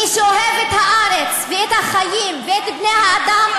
מי שאוהב את הארץ ואת החיים ואת בני-האדם,